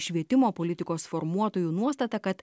švietimo politikos formuotojų nuostata kad